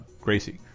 Gracie